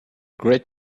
great